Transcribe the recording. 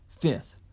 Fifth